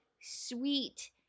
sweet